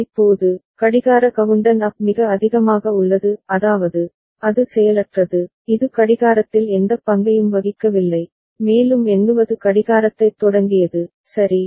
இப்போது கடிகார கவுண்டன் அப் மிக அதிகமாக உள்ளது அதாவது அது செயலற்றது இது கடிகாரத்தில் எந்தப் பங்கையும் வகிக்கவில்லை மேலும் எண்ணுவது கடிகாரத்தைத் தொடங்கியது சரி